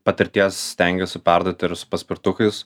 patirties stengiuosi perduoti ir su paspirtukais